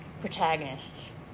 protagonists